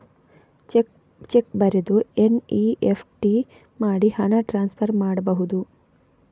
Check ಬರೆದು NEFT ಮಾಡಿ ಹಣ ಟ್ರಾನ್ಸ್ಫರ್ ಮಾಡಬಹುದು?